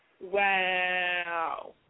Wow